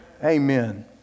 Amen